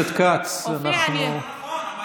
חבר הכנסת כץ, אנחנו, לא, אבל זה לא נכון.